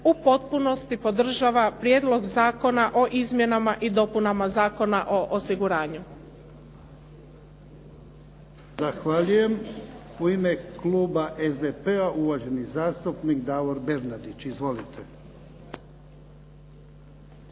u potpunosti podržava Prijedlog Zakona o izmjenama i dopunama Zakona o osiguranju.